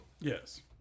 Yes